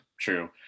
true